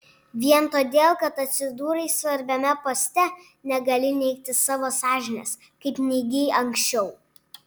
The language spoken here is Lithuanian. vien todėl kad atsidūrei svarbiame poste negali neigti savo sąžinės kaip neigei anksčiau